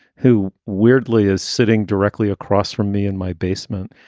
who weirdly is sitting directly across from me in my basement.